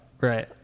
Right